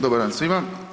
Dobar dan svima.